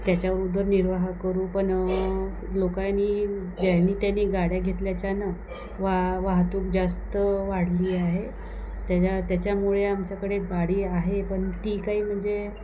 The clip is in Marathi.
त्याच्या उदरनिर्वाह करू पण लोकांनी ज्यांनी त्यांनी गाड्या घेतल्यामुळे वा वाहतूक जास्त वाढली आहे त्याच्या त्याच्यामुळे आमच्याकडे गाडी आहे पण ती काही म्हणजे